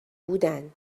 بودن